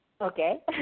Okay